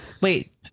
Wait